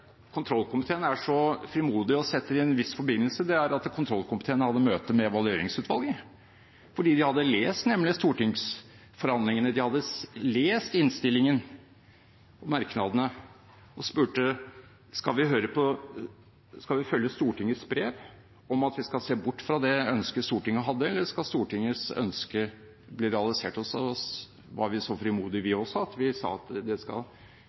kontrollkomiteen er så frimodig å sette i en viss forbindelse, er at kontrollkomiteen hadde møte med Evalueringsutvalget, fordi de nemlig hadde lest stortingsforhandlingene, de hadde lest innstillingen og merknadene og spurte: Skal vi følge Stortingets brev om at vi skal se bort fra det ønsket Stortinget hadde, eller skal Stortingets ønske bli realisert? Så var vi så frimodige, vi også, at vi sa: Dere skal også løse det